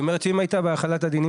זאת אומרת שאם הייתה בהחלת הדינים